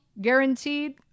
guaranteed